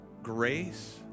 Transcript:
grace